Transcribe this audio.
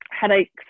headaches